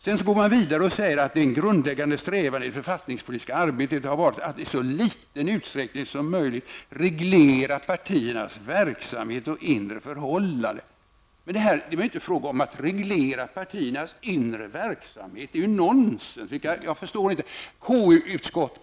Vidare skriver konstitutionsutskottet ''att en grundläggande strävan i det författningspolitiska arbetet har varit att i så liten utsträckning som möjligt reglera partiernas verksamhet och inre förhållanden.'' Men här är det ju inte fråga om att reglera partiernas inre verksamhet. Detta är ju nonsens!